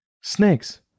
Snakes